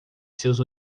seus